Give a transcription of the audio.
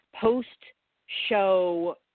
post-show